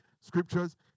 scriptures